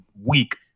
week